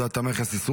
מכס),